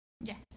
yes